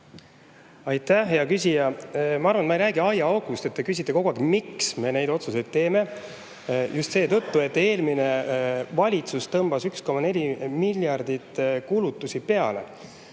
Aitäh, hea küsija! Ma arvan, et ma ei räägi aiaaugust. Te küsite kogu aeg, miks me neid otsuseid teeme. Just seetõttu, et eelmine valitsus tõmbas 1,4 miljardit kulusid peale.